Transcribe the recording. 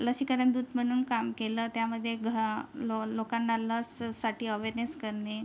लसीकरण दूत म्हणून काम केलं त्यामध्ये घ लो लोकांना लससाठी अवेरनेस करणे